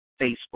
Facebook